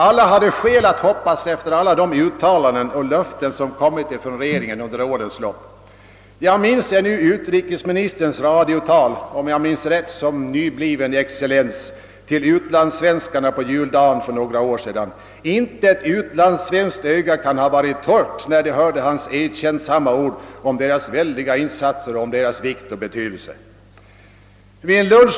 Alla hade efter de uttalanden som gjorts och löften som avgivits av regeringen under årens lopp skäl att hoppas. Jag kommer ännu i dag ihåg utrikesministerns radiotal, som nybliven excellens om jag minns rätt, till utlandssvenskarna på juldagen för några år sedan. Intet utlandssvenskt öga kan ha varit torrt när han uttalade sina erkännsamma ord om utlandssvenskarnas insatser och deras vikt och betydelse.